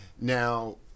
Now